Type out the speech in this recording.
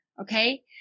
Okay